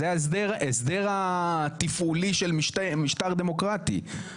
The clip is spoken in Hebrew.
זה ההסדר התפעולי של משטר דמוקרטי.